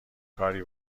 کاری